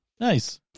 nice